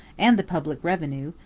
and the public revenue,